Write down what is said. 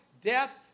death